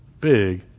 big